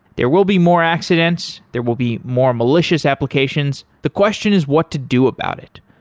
there will be more accidents, there will be more malicious applications. the question is what to do about it?